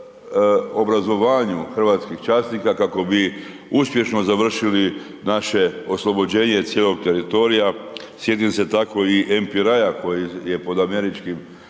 i obrazovanju hrvatskih časnika kako bi uspješno završili naše oslobođenje cijelog teritorija. Sjetim se tako i .../Govornik